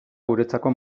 guretzako